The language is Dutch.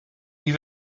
die